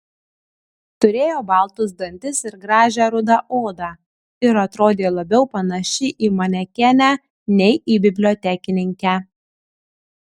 turėjo baltus dantis ir gražią rudą odą ir atrodė labiau panaši į manekenę nei į bibliotekininkę